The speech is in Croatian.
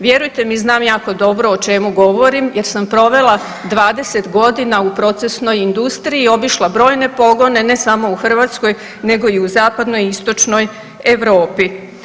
Vjerujte mi znam jako dobro o čemu govorim jer sam provela 20 godina u procesnoj industriji, obišla brojne pogone, ne samo u Hrvatskoj nego i u zapadnoj i istočnoj Europi.